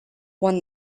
won